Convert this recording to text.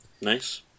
Nice